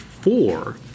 four